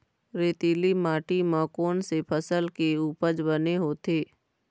रेतीली माटी म कोन से फसल के उपज बने होथे?